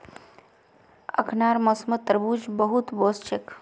अखनार मौसमत तरबूज बहुत वोस छेक